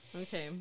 Okay